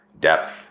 depth